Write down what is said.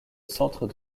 centre